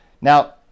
Now